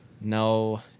no